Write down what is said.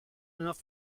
enough